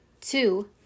Two